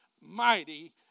mighty